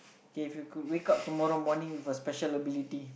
K if you could wake up tomorrow morning with a special ability